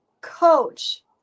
coach